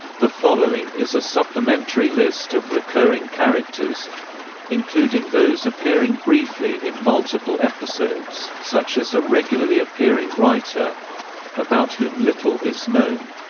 the following is a supplementary list of recurring characters including those appearing briefly in multiple episodes, such as a regularly-appearing writer about whom little is known.